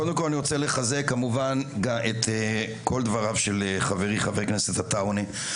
קודם כל אני רוצה לחזק כמובן את כל דבריו של חברי חבר הכנסת עטאונה,